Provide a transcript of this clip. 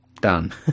done